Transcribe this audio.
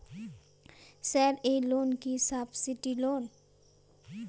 Sir এই loan কি subsidy loan?